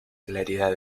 claridad